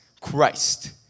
Christ